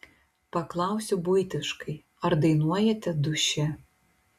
paklausiu buitiškai ar dainuojate duše